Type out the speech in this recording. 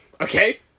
okay